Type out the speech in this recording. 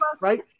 right